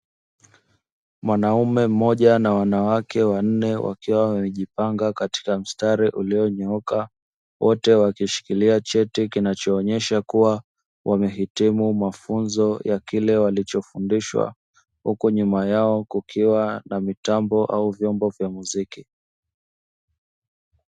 Mwanaume mmoja na wanawake wanne wakiwa wamejipanga katika mstari ulionyooka, wote wakishikilia cheti kinachoonyesha kuwa wamehitimu mafunzo ya kile walichofundishwa, huku nyuma yao kukiwa na mitambo au vyombo vya muziki.